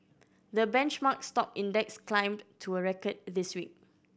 the benchmark stock index climbed to a record this week